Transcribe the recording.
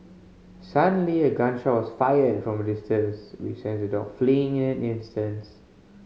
suddenly a gun shot was fired from a distance which sent the dogs fleeing in an instants